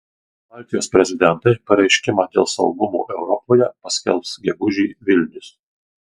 baltijos prezidentai pareiškimą dėl saugumo europoje paskelbs gegužį vilnius